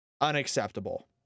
unacceptable